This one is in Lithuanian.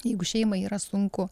jeigu šeimai yra sunku